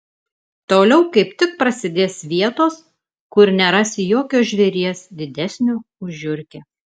toliau kaip tik prasidės vietos kur nerasi jokio žvėries didesnio už žiurkę